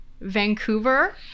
Vancouver